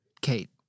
Kate